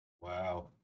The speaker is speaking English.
Wow